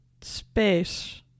space